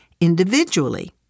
individually